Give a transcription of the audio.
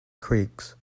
creeks